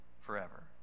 forever